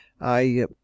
I—